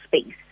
space